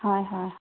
হয় হয়